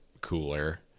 cooler